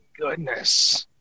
goodness